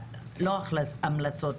לא המלצות,